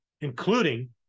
including